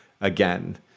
again